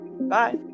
bye